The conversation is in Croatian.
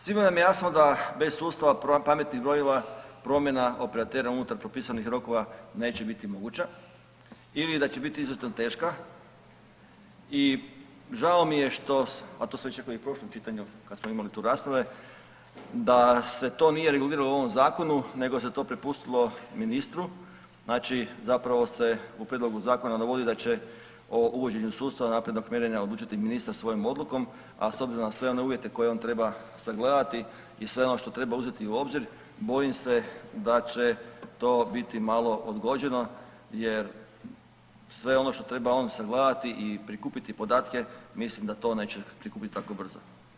Svima nam je jasno da bez sustava pametnih brojila promjena operatera unutar propisani rokova neće biti moguća ili da će biti izuzetno teška i žao mi je što, a to sam već rekao i u prošlom čitanju kada smo imali tu rasprave da se to nije reguliralo u ovom zakonu nego se to prepustilo ministru, znači zapravo se u prijedlogu zakona … da će o uvođenju sustava naprednog mjerenja odlučiti ministar svojom odlukom, a s obzirom na sve one uvjete koje on treba sagledati i sve ono što treba uzeti u obzir bojim se da će to biti malo odgođeno jer sve ono što treba on sagledati i prikupiti podatke mislim da to neće prikupiti tako brzo.